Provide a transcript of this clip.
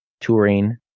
touring